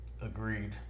Agreed